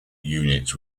units